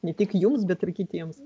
ne tik jums bet ir kitiems